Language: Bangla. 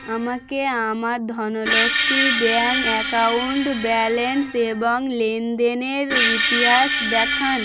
আমাকে আমার ধনলক্ষ্মী ব্যাঙ্ক অ্যাকাউন্ট ব্যালেন্স এবং লেনদেনের ইতিহাস দেখান